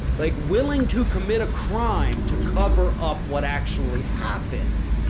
like willing to commit a crime to cover up what actually happened?